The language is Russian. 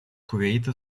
кувейта